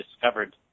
discovered